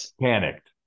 panicked